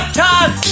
time